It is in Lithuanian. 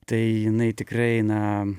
tai jinai tikrai na